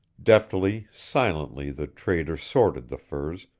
deftly, silently the trader sorted the furs,